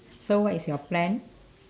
so what is your plan